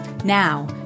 Now